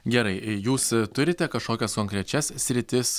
gerai jūs turite kažkokias konkrečias sritis